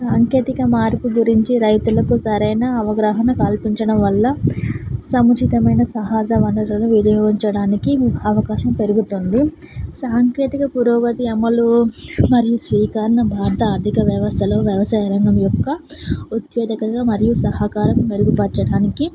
సాంకేతిక మార్పు గురించి రైతులకు సరైన అవగాహన కల్పించడం వల్ల సముచితమైన సహజ వనరులు వినియోగించడానికి అవకాశం పెరుగుతోంది సాంకేతిక పురోగతి అమలు మరియు శ్రీకారణ భారత ఆర్దిక వ్యవస్థలో వ్యవసాయరంగం యొక్క ఉత్పాదకత మరియు సహకారం మెరుగుపరచడానికి